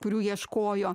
kurių ieškojo